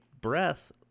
breath